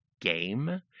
game